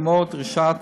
כמו דרישת